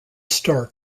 star